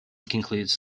concludes